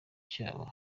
cyabo